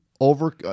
Over